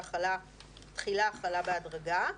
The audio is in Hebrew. התחילה וההחלה בהדרגה.